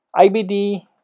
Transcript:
IBD